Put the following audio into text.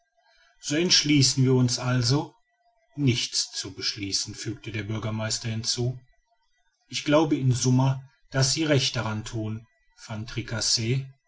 so entschließen wir uns also nichts zu beschließen fügte der bürgermeister hinzu ich glaube in summa daß sie recht daran thun